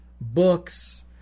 books